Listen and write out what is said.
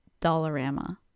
Dollarama